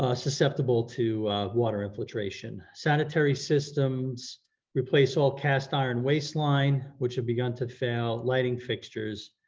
ah susceptible to water infiltration. sanitary systems replace all cast iron waistline which have begun to fail lighting fixtures.